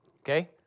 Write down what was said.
okay